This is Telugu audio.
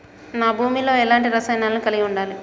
నా భూమి లో ఎలాంటి రసాయనాలను కలిగి ఉండాలి?